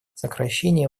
сокращение